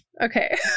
okay